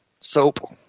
soap